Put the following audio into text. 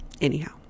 Anyhow